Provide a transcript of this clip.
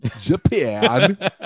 Japan